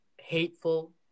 hateful